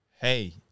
hey